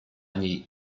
niej